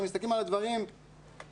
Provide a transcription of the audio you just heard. אם מסתכלים על הדברים כהווייתם,